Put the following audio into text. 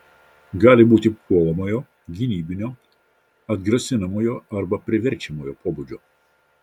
gali būti puolamojo gynybinio atgrasinamojo arba priverčiamojo pobūdžio